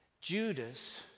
Judas